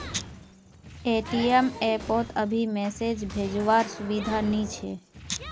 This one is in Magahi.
ए.टी.एम एप पोत अभी मैसेज भेजो वार सुविधा नी छे